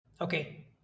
Okay